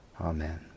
Amen